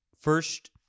First